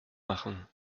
machen